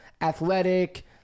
athletic